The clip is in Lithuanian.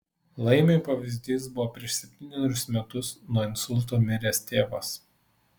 laimiui pavyzdys buvo prieš septynerius metus nuo insulto miręs tėvas